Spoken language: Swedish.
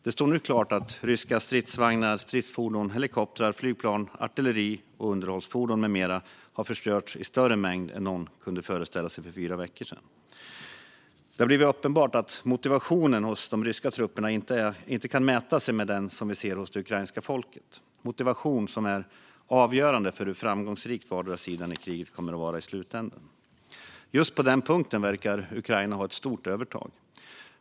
Det står nu klart att ryska stridsvagnar, stridsfordon, helikoptrar, flygplan, artilleri och underhållsfordon med mera har förstörts i större mängd än någon kunde föreställa sig för fyra veckor sedan. Det har blivit uppenbart att motivationen hos de ryska trupperna inte kan mäta sig med den vi ser hos det ukrainska folket. Det är motivation som är avgörande för hur framgångsrik vardera sida i kriget kommer att vara i slutänden. På just den punkten verkar Ukraina ha ett stort övertag.